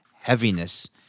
heaviness